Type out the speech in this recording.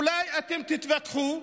אולי אתם תתווכחו,